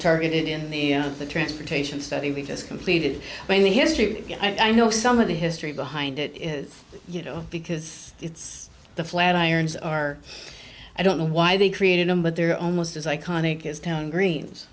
targeted in the end of the transportation study we just completed i mean the history and i know some of the history behind it is you know because it's the flat irons are i don't know why they created them but they're almost as iconic as town greens